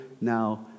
now